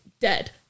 dead